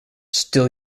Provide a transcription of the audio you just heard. still